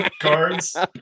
cards